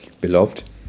Beloved